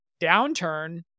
downturn